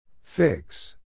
Fix